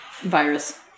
virus